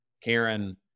Karen